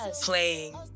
playing